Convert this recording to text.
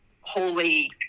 holy